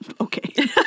Okay